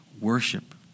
worship